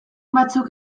batzuk